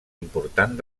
important